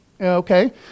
Okay